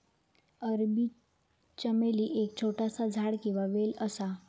अरबी चमेली एक छोटासा झाड किंवा वेल असा